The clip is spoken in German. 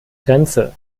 grenze